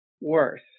worse